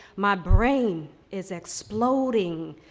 my brain is exploding,